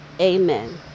Amen